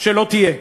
שלא תהיה.